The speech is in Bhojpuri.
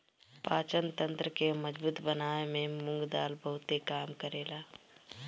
पाचन तंत्र के मजबूत बनावे में मुंग दाल बहुते काम करेला